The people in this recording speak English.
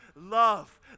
Love